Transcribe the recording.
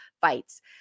fights